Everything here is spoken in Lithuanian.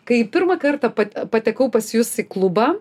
kai pirmą kartą pat patekau pas jus į klubą